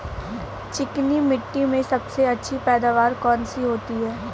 चिकनी मिट्टी में सबसे अच्छी पैदावार कौन सी होती हैं?